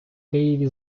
києві